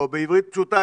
או בעברית פשוטה,